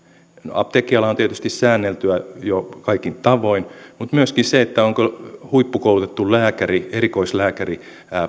apteekkiala on tietysti säänneltyä jo kaikin tavoin mutta myöskään siinä onko huippukoulutettu erikoislääkäri